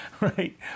right